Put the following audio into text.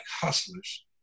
Hustlers